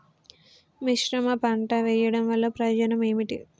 మిశ్రమ పంట వెయ్యడం వల్ల ప్రయోజనం ఏమిటి?